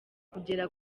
kugera